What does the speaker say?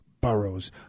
boroughs